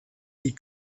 les